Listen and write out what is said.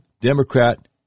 Democrat